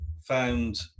found